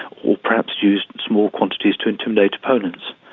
or perhaps used small quantities to intimidate opponents.